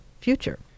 future